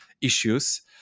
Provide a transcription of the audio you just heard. issues